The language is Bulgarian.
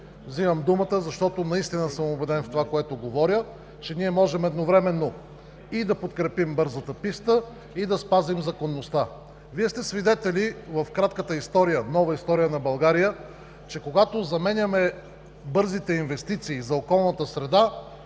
Взимам думата, защото наистина съм убеден в това, което говоря, че ние можем едновременно и да подкрепим бързата писта, и да спазим законността. Вие сте свидетели в кратката нова история на България, че когато заменяме бързите инвестиции за околната среда,